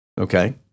okay